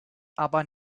aber